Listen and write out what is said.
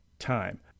time